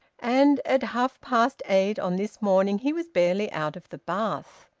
and at half-past eight, on this morning, he was barely out of the bath.